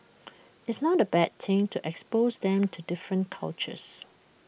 it's not A bad thing to expose them to different cultures